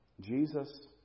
Jesus